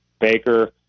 Baker